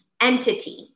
entity